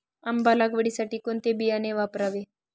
आंबा लागवडीसाठी कोणते बियाणे वापरावे?